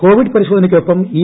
Covid പരിശോധനയ്ക്കൊപ്പം E